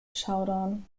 showdown